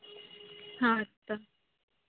ᱦᱳᱭ ᱛᱚ